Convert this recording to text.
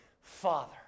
Father